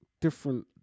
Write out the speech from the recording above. different